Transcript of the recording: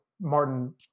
Martin